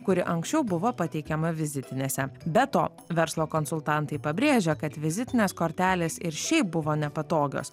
kuri anksčiau buvo pateikiama vizitinėse be to verslo konsultantai pabrėžia kad vizitinės kortelės ir šiaip buvo nepatogios